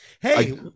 Hey